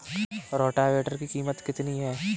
Rotavator की कीमत कितनी है?